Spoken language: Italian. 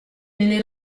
nelle